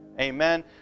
amen